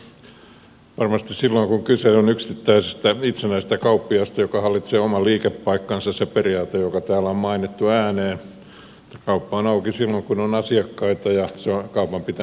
varmasti silloin kun kyse on yksittäisestä itsenäisestä kauppiaasta joka hallitsee oman liikepaikkansa toimii se periaate joka täällä on mainittu ääneen että kauppa on auki silloin kun on asiakkaita ja sen kaupan pitäminen on kannattavaa